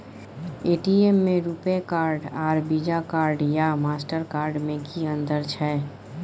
ATM में RuPay card आर Visa card या मास्टर कार्ड में कि अतंर छै?